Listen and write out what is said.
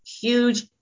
huge